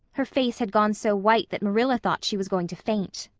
her face had gone so white that marilla thought she was going to faint.